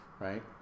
right